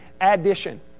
addition